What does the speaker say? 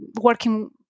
working